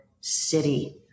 city